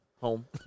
Home